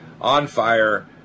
on-fire